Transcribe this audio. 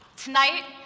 tonight,